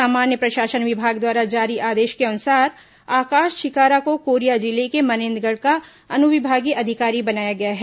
सामान्य प्रशासन विभाग द्वारा जारी आदेश के अनुसार आकाश छिकारा को कोरिया जिले के मनेन्द्रगढ़ का अनुविभागीय अधिकारी बनाया गया है